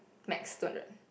max two hundred